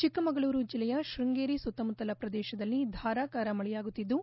ಚಿಕ್ಕಮಗಳೂರು ಜಿಲ್ಲೆಯ ಶೃಂಗೇರಿ ಸುತ್ತಮುತ್ತಲ ಪ್ರದೇಶದಲ್ಲಿ ಧಾರಕಾರ ಮಳೆಯಾಗುತ್ತಿದ್ದು